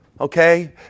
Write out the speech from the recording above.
Okay